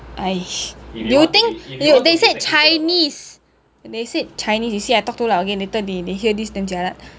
!hais! do you think they they said chinese they said chinese you see I talk too loud again later they they hear this damn jialat